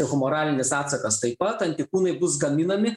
humoralinis atsakas taip pat antikūnai bus gaminami